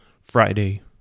Friday